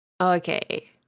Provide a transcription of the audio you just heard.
okay